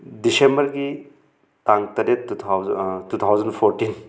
ꯗꯤꯁꯦꯝꯕꯔꯒꯤ ꯇꯥꯡ ꯇꯔꯦꯠ two thousand two thousand fourteen